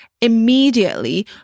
immediately